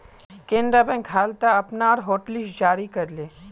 Canara bank हाल त अपनार हॉटलिस्ट जारी कर ले